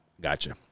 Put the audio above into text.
gotcha